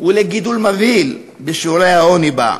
ולגידול מבהיל בשיעורי העוני בה,